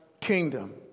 kingdom